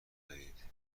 دارید